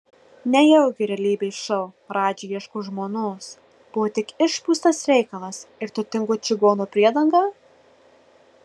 nejaugi realybės šou radži ieško žmonos buvo tik išpūstas reikalas ir turtingo čigono priedanga